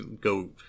go